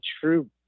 true